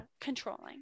controlling